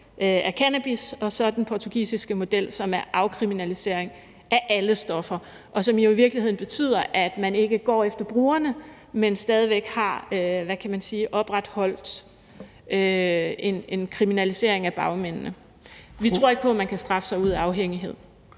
af cannabis og så den portugisiske model, som handler om en afkriminalisering af alle stoffer, og som jo i virkeligheden betyder, at man ikke går efter brugerne, men stadig væk har, hvad kan man sige, opretholdt en kriminalisering af bagmændene. Vi tror ikke på, at man kan straffe folk til at komme ud af afhængighed.